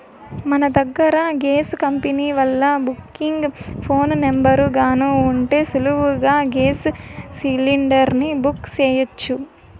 మన దగ్గర gas company వాల్ల బుకింగ్ ఫోను నెంబరు గాన ఉంటే సులువుగా గేస్ సిలిండర్ని బుక్ సెయ్యొచ్చు